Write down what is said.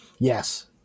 Yes